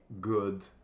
good